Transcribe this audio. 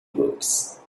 books